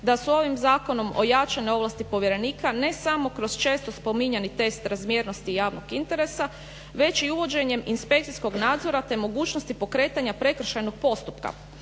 da su ovim zakonom ojačane ovlasti povjerenika ne samo kroz često spominjani test razmjernosti javnog interesa već i uvođenjem inspekcijskog nadzora te mogućnosti pokretanja prekršajnog postupka.